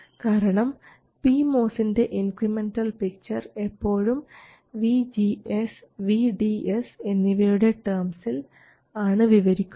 കാരണം പി മോസിൻറെ incremental picture എപ്പോഴും vGS vDS എന്നിവയുടെ ടേംസിൽ ആണ് വിവരിക്കുന്നത്